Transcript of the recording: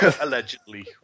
Allegedly